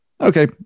Okay